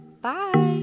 Bye